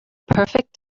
perfect